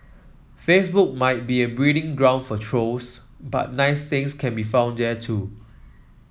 Facebook might be a breeding ground for trolls but nice things can be found there too